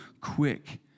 quick